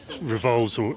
revolves